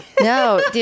No